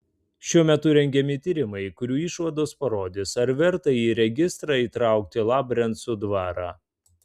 šiuo metu rengiami tyrimai kurių išvados parodys ar verta į registrą įtraukti labrencų dvarą